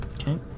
okay